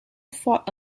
fought